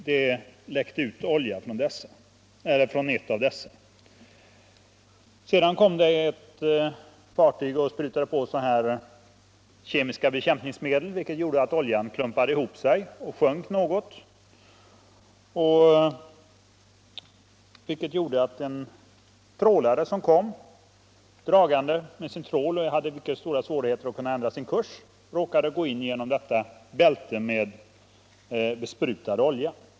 Det läckte ut olja från ett av dessa. Sedan kom ett fartyg och sprutade på kemiska bekämpningsmedel, vilket gjorde att oljan klumpade ihop sig och sjönk något. Detta gjorde att en trålare som kom dragande med sin trål och hade mycket stora svårigheter att ändra sin kurs råkade gå in genom detta bälte med besprutad olja.